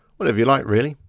whatever you'd like really.